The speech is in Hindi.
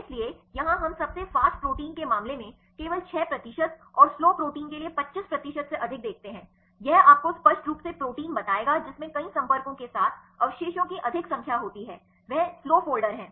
इसलिए यहां हम सबसे फ़ास्ट प्रोटीन के मामले में केवल 6 प्रतिशत और स्लो प्रोटीन के लिए 25 प्रतिशत से अधिक देखते हैं यह आपको स्पष्ट रूप से प्रोटीन बताएगा जिसमें कई संपर्कों के साथ अवशेषों की अधिक संख्या होती है वे स्लो फ़ोल्डर हैं